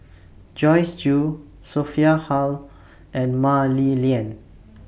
Joyce Jue Sophia Hull and Mah Li Lian